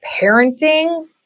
parenting